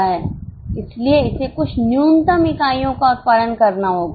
इसलिए इसे कुछ न्यूनतम इकाइयों का उत्पादन करना होगा